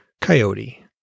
coyote